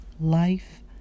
life